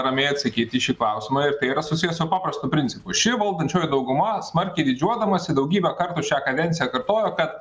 ramiai atsakyti į šį klausimą ir tai yra susiję su paprastu principu ši valdančioji dauguma smarkiai didžiuodamasi daugybę kartų šią kadenciją kartojo kad